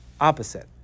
Opposite